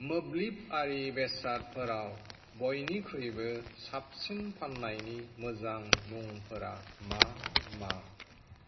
मोब्लिबारि बेसादफोराव बयनिख्रुइबो साबसिन फान्नायनि मोजां मुंफोरा मा मा